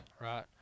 right